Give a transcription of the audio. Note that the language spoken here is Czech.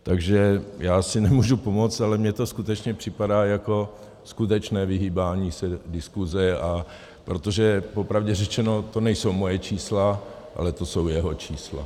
Takže já si nemůžu pomoct, ale mně to skutečně připadá jako skutečné vyhýbání se diskusi, protože popravdě řečeno, to nejsou moje čísla, ale to jsou jeho čísla.